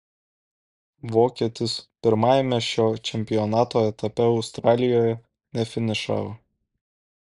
vokietis pirmajame šio čempionato etape australijoje nefinišavo